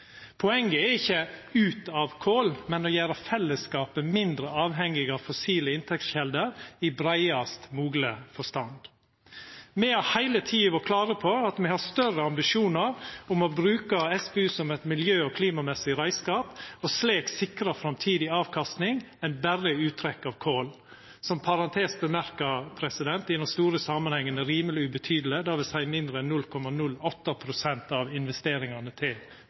Poenget er ikkje «ut av kol», men å gjera fellesskapen mindre avhengig av fossile inntektskjelder, i breiast mogleg forstand. Me har heile tida vore klare på at me har større ambisjonar om å bruka SPU som ein miljø- og klimamessig reiskap, og slik sikra framtidig avkasting enn berre uttrekk av kol – som, sagt i parentes, i den store samanhengen er rimeleg ubetydeleg, dvs. mindre enn 0,08 pst. av investeringane til